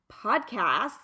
podcasts